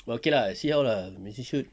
but okay lah see how lah missy shoot